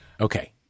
Okay